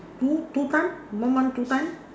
two two time one month two time